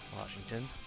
Washington